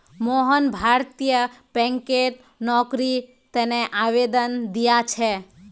मोहन भारतीय बैंकत नौकरीर तने आवेदन दिया छे